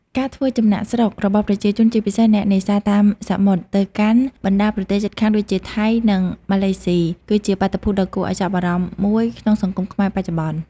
ការធ្វើចំណាកស្រុករបស់ប្រជាជន ជាពិសេសអ្នកនេសាទតាមសមុទ្រ ទៅកាន់បណ្ដាប្រទេសជិតខាងដូចជាថៃ និងម៉ាឡេស៊ី គឺជាបាតុភូតដ៏គួរឱ្យចាប់អារម្មណ៍មួយក្នុងសង្គមខ្មែរបច្ចុប្បន្ន។